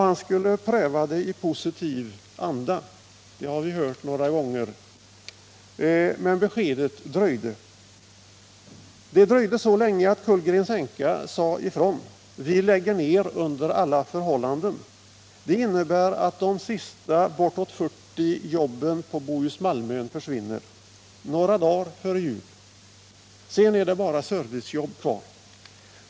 Han skulle pröva ärendet i positiv anda — det har vi hört några gånger — men beskedet dröjde. Det dröjde så länge att Kullgrens Enka sade ifrån: Vi lägger ned under alla förhållanden. Det innebär att de sista bortåt 40 jobben på Bohus Malmön försvinner, några dagar före jul. Sedan är det bara servicejobb kvar.